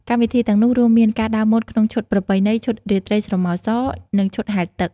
កម្មវិធីទាំងនោះរួមមានការដើរម៉ូដក្នុងឈុតប្រពៃណី ឈុតរាត្រីស្រមោសរ និងឈុតហែលទឹក។